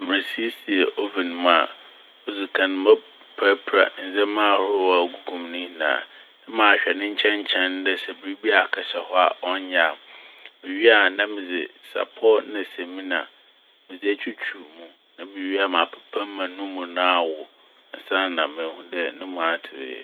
Meresiesie "oven" mu a, odzikan mɔ- mɛprapra ndzɛma ahorow a ogugu m' ne nyinaa na mahwehwɛ nkyɛnkyɛn ne dɛ biribi akɛhyɛ hɔ a ɔnnyɛ a.Muwie a na medze sapɔw na semina medze etwitwuw mu na muwie a mapepa mu ma no mu no awow ansaana mehu dɛ no mu atsew.